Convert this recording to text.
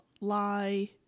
lie